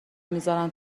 میزارن